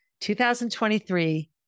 2023